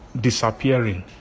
disappearing